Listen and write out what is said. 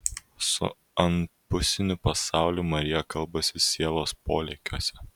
su anapusiniu pasauliu marija kalbasi sielos polėkiuose